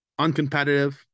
uncompetitive